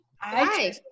Hi